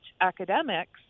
academics